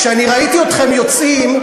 כשאני ראיתי אתכם יוצאים,